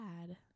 bad